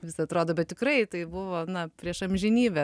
vis atrodo bet tikrai tai buvo na prieš amžinybę